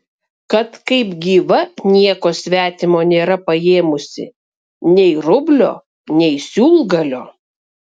kad kaip gyva nieko svetimo nėra paėmusi nei rublio nei siūlgalio